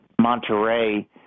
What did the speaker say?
monterey